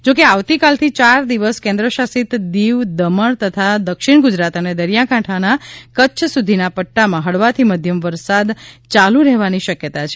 જો કે આવતીકાલથી યાર દિવસ કેન્દ્ર શાસિત દીવ દમણ તથા દક્ષિણ ગુજરાત અને દરિયાકાંઠાના કચ્છ સુધીના પટ્ટામાં હળવાથી મધ્યમ વરસાદ ચાલુ રહેવાની શકયતા છે